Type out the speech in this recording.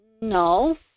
No